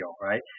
right